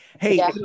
Hey